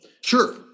Sure